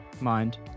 mind